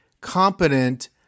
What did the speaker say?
competent